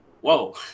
Whoa